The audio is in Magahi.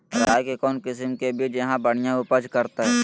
राई के कौन किसिम के बिज यहा बड़िया उपज करते?